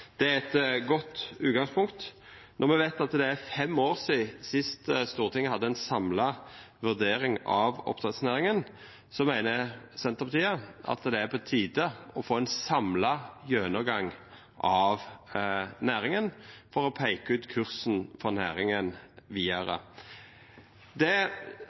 Det er eit godt utgangspunkt. Når me veit at det er fem år sidan sist Stortinget hadde ei samla vurdering av oppdrettsnæringa, meiner Senterpartiet at det er på tide å få ein samla gjennomgang av næringa for å peika ut kursen for næringa vidare. Det